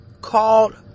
called